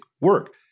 work